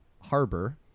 Harbor